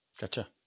Gotcha